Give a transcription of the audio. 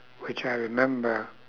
which I remember